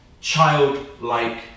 Childlike